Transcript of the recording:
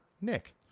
Nick